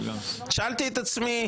שאלתי את עצמי,